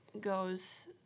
goes